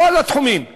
בכל התחומים רווחה,